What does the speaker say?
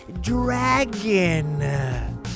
dragon